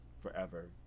forever